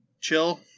chill